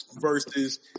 Versus